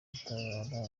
gutabara